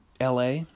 LA